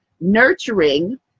nurturing